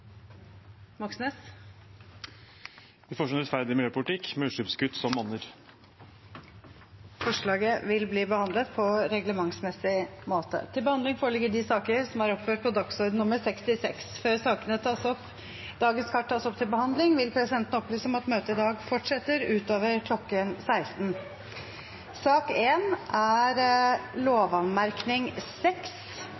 en rettferdig miljøpolitikk med utslippskutt som monner. Forslaget vil bli behandlet på reglementsmessig måte. Før sakene på dagens kart tas opp til behandling, vil presidenten opplyse om at møtet i dag fortsetter utover kl. 16.